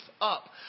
up